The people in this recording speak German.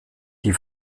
die